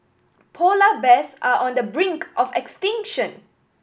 polar bears are on the brink of extinction